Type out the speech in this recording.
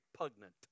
repugnant